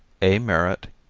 a. merritt,